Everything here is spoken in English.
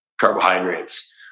carbohydrates